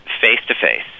face-to-face